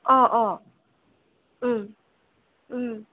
অঁ অঁ